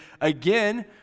again